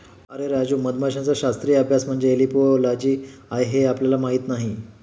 अरे राजू, मधमाशांचा शास्त्रीय अभ्यास म्हणजे एपिओलॉजी आहे हे आपल्याला माहीत नाही